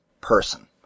person